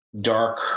dark